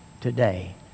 today